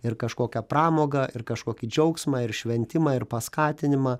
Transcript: ir kažkokią pramogą ir kažkokį džiaugsmą ir šventimą ir paskatinimą